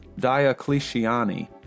Diocletiani